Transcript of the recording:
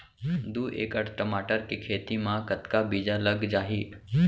दू एकड़ टमाटर के खेती मा कतका बीजा लग जाही?